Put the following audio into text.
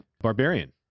Barbarian